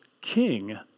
king